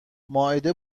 مائده